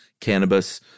cannabis